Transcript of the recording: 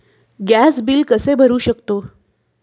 Gas bill कसे भरू शकतो?